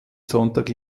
sonntag